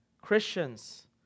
Christians